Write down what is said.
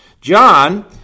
John